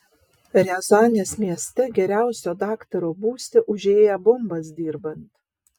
riazanės mieste geriausio daktaro būste užėję bombas dirbant